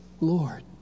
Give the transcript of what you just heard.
Lord